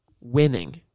winning